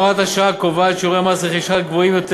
הוראת השעה הקובעת שיעורי מס רכישה גבוהים יותר